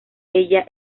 ella